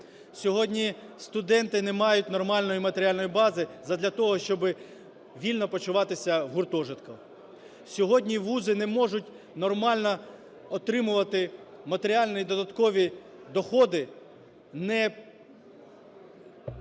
Студенти не мають нормальної матеріальної бази задля того, щоби вільно почуватися в гуртожитку, сьогодні вузи не можуть нормально отримувати матеріальні і додаткові доходи, не…